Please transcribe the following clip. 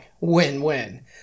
Win-win